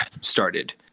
started